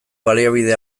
baliabide